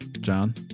John